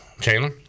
Chandler